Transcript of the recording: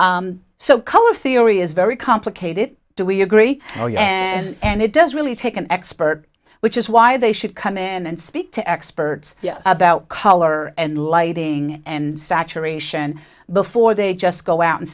color theory is very complicated do we agree and it does really take an expert which is why they should come in and speak to experts about color and lighting and saturation before they just go out and